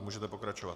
Můžete pokračovat.